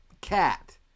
Cat